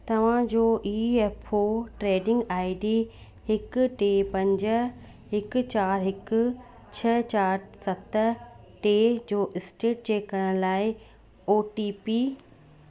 तव्हांजो E F O tracking I D हिकु टे पंज हिकु चारि हिकु छह चारि सत टे जो स्टेट चैक करण लाइ ओ टी पी